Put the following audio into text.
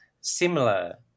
similar